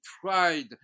tried